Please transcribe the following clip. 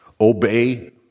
obey